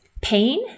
pain